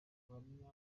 ubuhamya